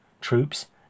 troops